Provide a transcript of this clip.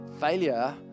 failure